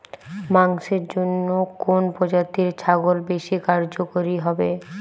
মাংসের জন্য কোন প্রজাতির ছাগল বেশি কার্যকরী হবে?